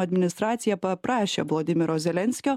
administracija paprašė volodymyro zelenskio